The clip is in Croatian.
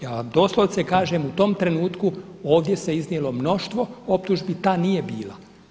Ja doslovce kažem u tom trenutku ovdje se iznijelo mnoštvo optužbi, ta nije bila.